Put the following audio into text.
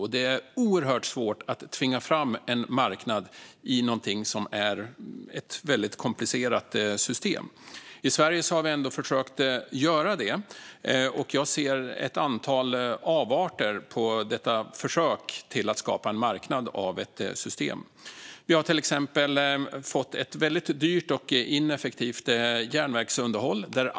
Och det är oerhört svårt att tvinga fram en marknad i ett väldigt komplicerat system. I Sverige har vi ändå försökt göra det. Jag ser också ett antal avarter efter detta försök till att skapa en marknad av ett system. Vi har till exempel fått ett väldigt dyrt och ineffektivt järnvägsunderhåll.